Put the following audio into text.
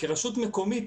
כרשות מקומית,